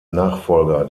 nachfolger